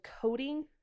coating